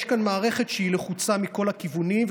יש כאן מערכת שהיא לחוצה מכל הכיוונים.